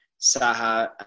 Saha